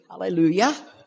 Hallelujah